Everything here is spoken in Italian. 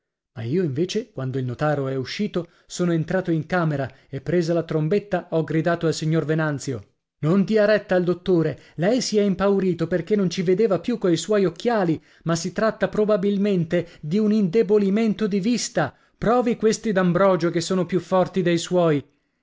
ma io invece quando il notaro è uscito sono entrato in camera e presa la trombetta ho gridato al signor venanzio non dia retta al dottore lei si è impaurito perché non ci vedeva più coi suoi occhiali ma si tratta probabilmente di un indebolimento di vista provi questi d'ambrogio che sono più forti dei suoi